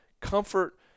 comfort